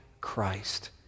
Christ